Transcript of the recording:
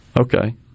Okay